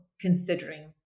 considering